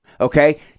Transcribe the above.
okay